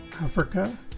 Africa